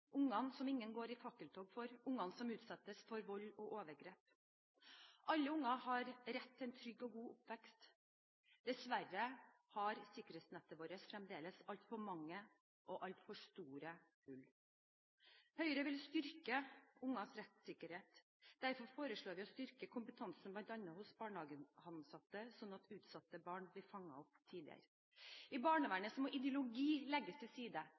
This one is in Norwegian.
ungene som ingen går i fakkeltog for, ungene som utsettes for vold og overgrep. Alle unger har rett til en trygg og god oppvekst. Dessverre har sikkerhetsnettet vårt fremdeles altfor mange og altfor store hull. Høyre vil styrke ungenes rettssikkerhet. Derfor foreslår vi å styrke kompetansen bl.a. hos barnehageansatte, slik at utsatte barn blir fanget opp tidligere. I barnevernet må ideologi legges til side,